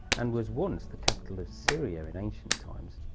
and was once the capital of syria in ancient times.